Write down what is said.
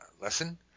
lesson